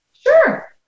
Sure